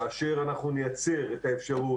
כאשר אנחנו נייצר את האשרות,